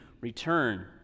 return